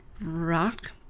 Rock